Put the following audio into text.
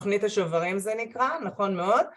תוכנית השוברים זה נקרא, נכון מאוד.